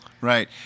Right